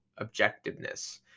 objectiveness